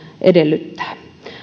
edellyttää